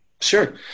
Sure